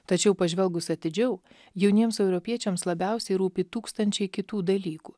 tačiau pažvelgus atidžiau jauniems europiečiams labiausiai rūpi tūkstančiai kitų dalykų